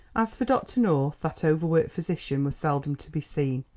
as for dr. north, that overworked physician was seldom to be seen,